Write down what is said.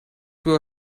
will